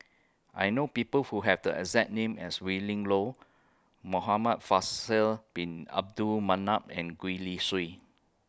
I know People Who Have The exact name as Willin Low Muhamad Faisal Bin Abdul Manap and Gwee Li Sui